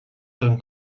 ten